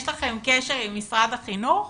יש לכם קשר עם משרד החינוך